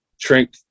Trink